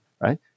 Right